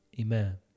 Amen